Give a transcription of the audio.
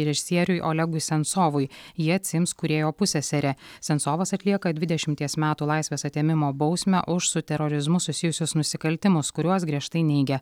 režisieriui olegui sensovui jį atsiims kūrėjo pusseserė sensovas atlieka dvidešimties metų laisvės atėmimo bausmę už su terorizmu susijusius nusikaltimus kuriuos griežtai neigia